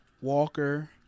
Walker